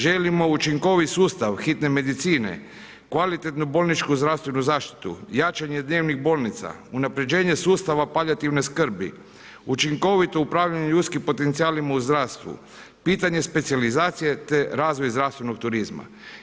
Želimo učinkovit sustav hitne medicine, kvalitetnu bolničku zdravstvenu zaštitu, jačanje dnevnih bolnica, unapređenje sustava palijativna skrbi, učinkovito upravljanje ljudskim potencijalima u zdravstvu, pitanje specijalizacije te razvoj zdravstvenog turizma.